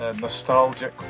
nostalgic